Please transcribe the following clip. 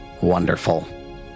wonderful